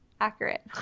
accurate